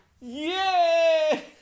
Yay